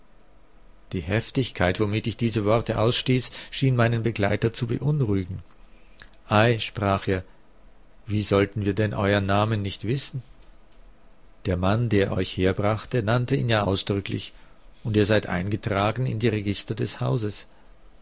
die heftigkeit womit ich diese worte ausstieß schien meinen begleiter zu beunruhigen ei sprach er wie sollten wir denn euern namen nicht wissen der mann der euch herbrachte nannte ihn ja ausdrücklich und ihr seid eingetragen in die register des hauses